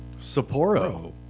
Sapporo